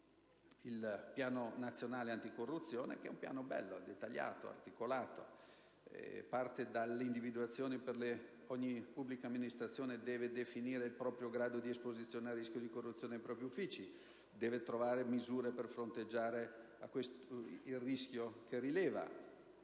Piano nazionale anticorruzione: un piano bello, dettagliato ed articolato. Ogni pubblica amministrazione deve definire il proprio grado di esposizione al rischio di corruzione nei propri uffici; deve trovare misure per fronteggiare il rischio che rileva;